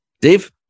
Dave